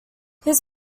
his